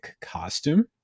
costume